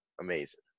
amazing